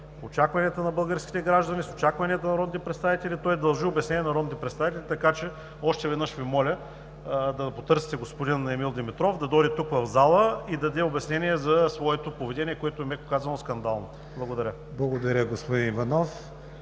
с очакванията на българските граждани, с очакванията на народните представители. Той дължи обяснение на народните представители, така че още веднъж Ви моля да потърсите господин Емил Димитров, за да дойте тук в залата и да даде обяснение за своето поведение, което е, меко казано, скандално. Благодаря. ПРЕДСЕДАТЕЛ КРИСТИАН